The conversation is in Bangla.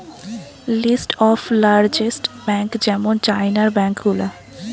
লিস্ট অফ লার্জেস্ট বেঙ্ক যেমন চাইনার ব্যাঙ্ক গুলা